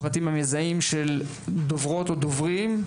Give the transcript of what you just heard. פרטים מזהים של דוברות או דוברים,